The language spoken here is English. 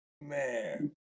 Man